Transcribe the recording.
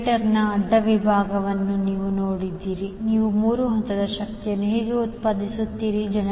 ಜನರೇಟರ್ನ ಅಡ್ಡ ವಿಭಾಗವನ್ನು ನೀವು ನೋಡಿದರೆ ನೀವು 3 ಹಂತದ ಶಕ್ತಿಯನ್ನು ಹೇಗೆ ಉತ್ಪಾದಿಸುತ್ತೀರಿ